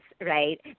right